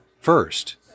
first